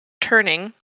turning